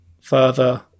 further